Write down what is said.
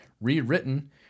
rewritten